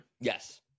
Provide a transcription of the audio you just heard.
yes